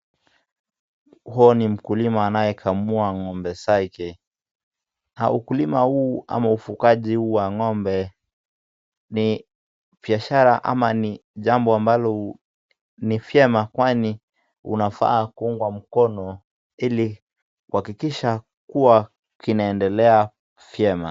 Huu ni mkulima anayekamua ng'ombe zake. Ukulima huu ama ufungaji huu wa ng'ombe ni biashara ama ni jambo ambalo ni vyema kwani inafaa kuungwa mkono kuhakikisha kuwa kinaendelea vyema.